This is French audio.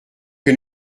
que